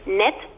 net